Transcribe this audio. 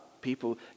People